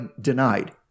denied